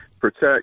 protect